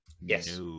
yes